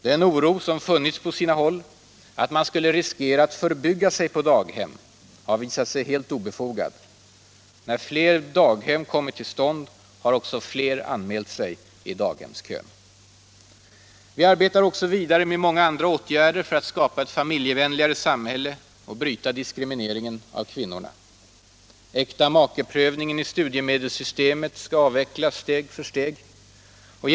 Den oro som funnits på sina håll att man skulle riskera att förbygga sig på daghem har visat sig helt obefogad. När fler daghem kommit till har också fler ställt sig i daghemskön. Vi arbetar även vidare med många andra åtgärder för att skapa ett familjevänligare samhälle och bryta diskrimineringen av kvinnorna. Äktamakeprövningen i studiemedelssystemet skall steg för steg avvecklas.